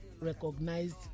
recognized